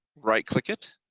right-click it,